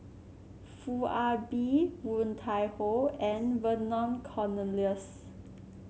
Foo Ah Bee Woon Tai Ho and Vernon Cornelius